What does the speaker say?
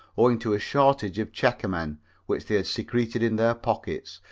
owing to a shortage of checkermen which they had secreted in their pockets,